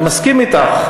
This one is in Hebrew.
אני מסכים אתך.